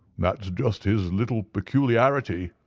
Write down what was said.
that's just his little peculiarity,